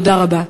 תודה רבה.